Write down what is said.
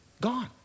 Gone